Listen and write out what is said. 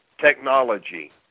technology